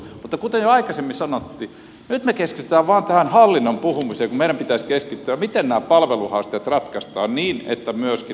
mutta kuten jo aikaisemmin sanottiin nyt me keskitymme vain tästä hallinnosta puhumiseen kun meidän pitäisi keskittyä siihen miten nämä palveluhaasteet ratkaistaan niin että myöskin tämä huoltosuhde ratkaistaan